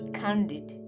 candid